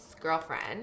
girlfriend